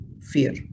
fear